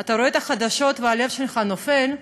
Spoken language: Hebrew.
אתה רואה את החדשות והלב שלך נופל,